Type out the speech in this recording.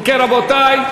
אם כן, רבותי,